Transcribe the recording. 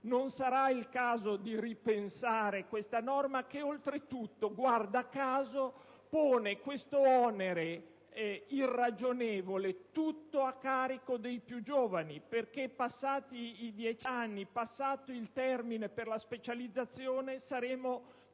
forse il caso di ripensare questa norma che oltretutto - guarda caso - pone questo onere irragionevole interamente a carico dei più giovani? Infatti, passati dieci anni, passato il termine per la specializzazione, tutti